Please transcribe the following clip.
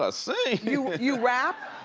i sing. you you rap?